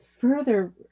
further